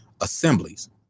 assemblies